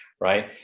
right